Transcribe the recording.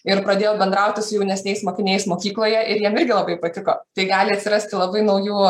ir pradėjo bendrauti su jaunesniais mokiniais mokykloje ir jiem irgi labai patiko tai gali atsirasti labai naujų